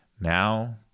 Now